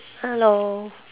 hello